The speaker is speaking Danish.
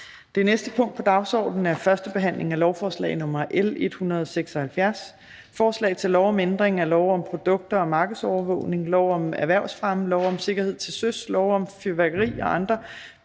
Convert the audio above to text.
Det næste punkt på dagsordenen er: 23) 1. behandling af lovforslag nr. L 176: Forslag til lov om ændring af lov om produkter og markedsovervågning, lov om erhvervsfremme, lov om sikkerhed til søs, lov om fyrværkeri og andre